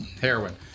Heroin